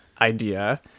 idea